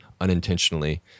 unintentionally